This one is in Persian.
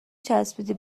چسبیدی